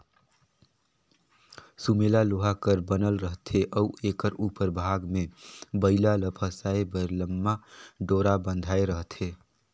सुमेला लोहा कर बनल रहथे अउ एकर उपर भाग मे बइला ल फसाए बर लम्मा डोरा बंधाए रहथे